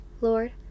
Lord